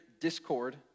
discord